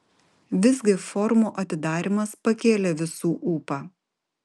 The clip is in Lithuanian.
visgi forumo atidarymas pakėlė visų ūpą